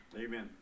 Amen